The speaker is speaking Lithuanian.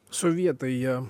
sovietai jie